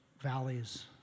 valleys